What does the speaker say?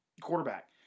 quarterback